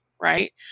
Right